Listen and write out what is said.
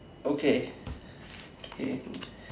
okay K